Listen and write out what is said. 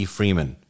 Freeman